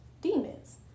demons